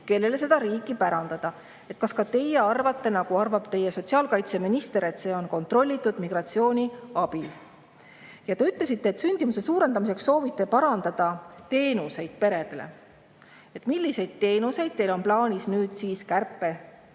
kellele seda riiki pärandada? Kas ka teie arvate, nagu arvab teie sotsiaalkaitseminister, et see on kontrollitud migratsiooni abil? Te ütlesite, et sündimuse suurendamiseks soovite parandada teenuseid peredele. Milliseid teenuseid teil on plaanis kärpetingimustes